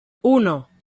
uno